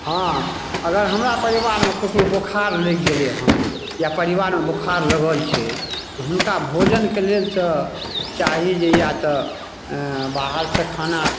हाँ अगर हमरा परिवारमे ककरो बोखार लागि गेलैहँ या परिवारमे बोखार लागल छै तऽ हुनका भोजनके लेल तऽ चाही जे या तऽ अऽ बाहरसँ खाना